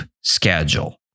schedule